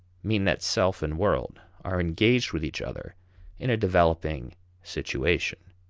mean that self and world are engaged with each other in a developing situation.